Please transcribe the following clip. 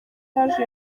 yaje